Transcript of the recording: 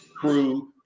crew